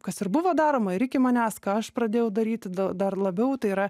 kas ir buvo daroma ir iki manęs ką aš pradėjau daryti dar labiau tai yra